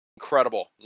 incredible